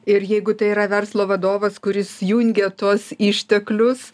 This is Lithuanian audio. ir jeigu tai yra verslo vadovas kuris jungia tuos išteklius